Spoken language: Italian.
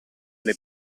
alle